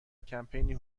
کمپینی